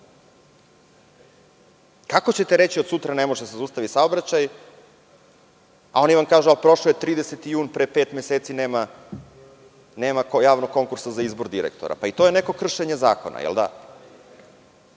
ćete reći – od sutra ne može da se zaustavi saobraćaj, a oni vam kažu prošao je 30. jun pre pet meseci, nema javnog konkursa za izbor direktora. Pa, i to je neko kršenje zakona, zar ne?